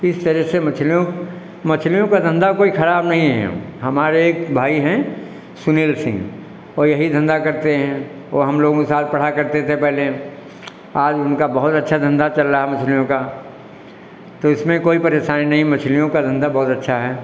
इस तरह से मछलियों मछलियों का धंधा कोई खराब नहीं है हमारे एक भाई हैं सुनील सिंह वो यही धंधा करते हैं वो हम लोगों के साथ पढ़ा करते थे पहले आज उनका बहुत अच्छा धंधा चल रहा मछलियों का तो इसमें कोई परेशानी नहीं मछलियों का धंधा बहुत अच्छा है